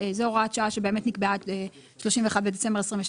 זה הוראת שעה שבאמת נקבעה עד 31 בדצמבר 2022